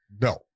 No